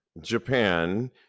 Japan